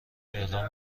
اعلام